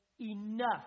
enough